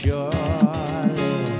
Surely